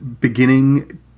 beginning